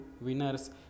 winners